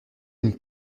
une